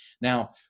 now